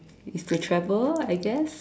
is to travel I guess